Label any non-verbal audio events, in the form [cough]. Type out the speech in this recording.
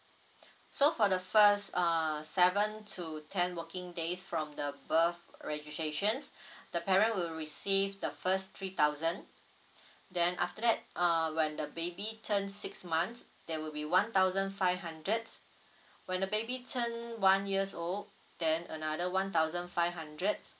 so for the first uh seven to ten working days from the birth registrations [breath] the parent will receive the first three thousand then after that uh when the baby turn six months there will be one thousand five hundred when the baby turn one years old then another one thousand five hundred